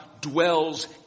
dwells